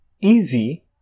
easy